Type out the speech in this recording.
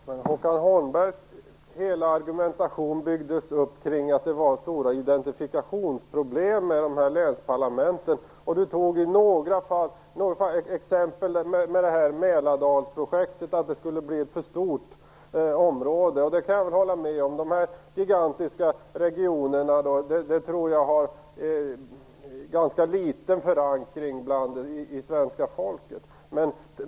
Fru talman! Håkan Holmberg byggde hela sin argumentation på att det var stora identifikationsproblem med länsparlament. Han tog exemplet med Mälardalsprojektet och sade att det skulle bli ett för stort område. Det kan jag väl hålla med om. Sådana gigantiska regioner tror jag har ganska liten förankring hos svenska folket.